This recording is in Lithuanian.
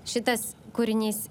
šitas kūrinys